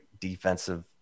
defensive